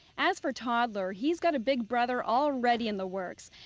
as for toddler, he's got a big brother already in the works.